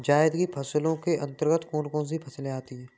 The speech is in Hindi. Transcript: जायद की फसलों के अंतर्गत कौन कौन सी फसलें आती हैं?